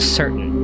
certain